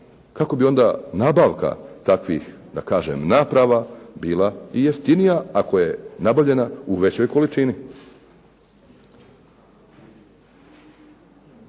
kako bi onda nabavka takvih, da kažem, naprava bila i jeftinija ako je nabavljena u većoj količini.